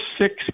six